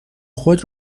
خود